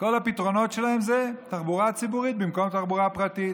כל הפתרונות שלהם הם תחבורה ציבורית במקום תחבורה פרטית.